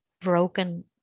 broken